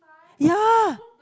ya